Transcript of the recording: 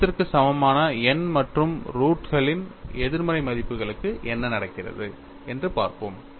0 க்கு சமமான n மற்றும் ரூட் களின் எதிர்மறை மதிப்புகளுக்கு என்ன நடக்கிறது என்று பார்ப்போம்